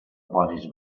posis